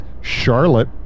Charlotte